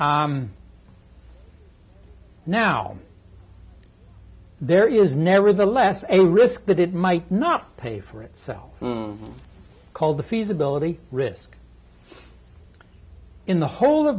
now there is nevertheless a risk that it might not pay for itself called the feasibility risk in the whole